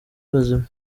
bazima